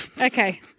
Okay